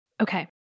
Okay